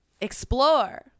Explore